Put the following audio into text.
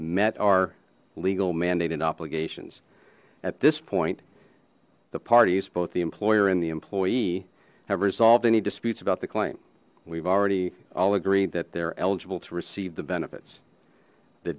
met our legal mandated obligations at this point the parties both the employer and the employee have resolved any disputes about the claim we've already all agreed that they're eligible to receive the benefits the